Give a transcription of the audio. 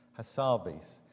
Hassabis